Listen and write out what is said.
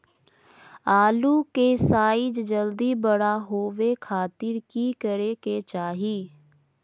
आलू के साइज जल्दी बड़ा होबे खातिर की करे के चाही?